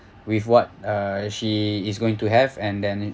with what uh she is going to have and then